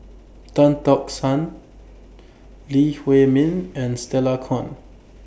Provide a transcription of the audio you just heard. Tan Tock San Lee Huei Min and Stella Kon